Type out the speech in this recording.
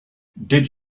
did